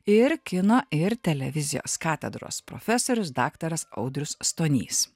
ir kino ir televizijos katedros profesorius daktaras audrius stonys